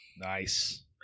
Nice